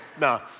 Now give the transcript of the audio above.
no